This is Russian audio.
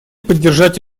поддержать